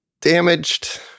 damaged